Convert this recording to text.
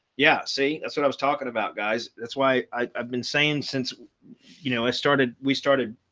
yeah. see, that's what i was talking about. guys. that's why i've been saying since you know, i started we started